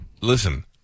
listen